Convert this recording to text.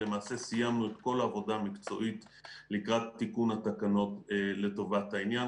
למעשה סיימנו את כל העבודה המקצועית לקראת תיקון התקנות לטובת העניין,